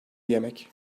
yemek